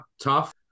tough